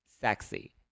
sexy